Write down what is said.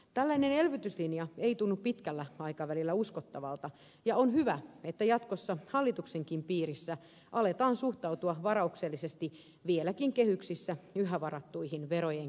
tällainen elvytyslinja ei tunnu pitkällä aikavälillä uskottavalta ja on hyvä että jatkossa hallituksenkin piirissä aletaan suhtautua varauksellisesti vieläkin kehyksissä varattuna olevaan verojen kevennysvaraan